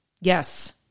Yes